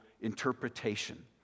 interpretation